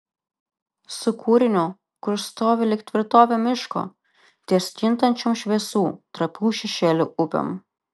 su kūriniu kurs stovi lyg tvirtovė miško ties kintančiom šviesų trapių šešėlių upėm